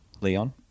Leon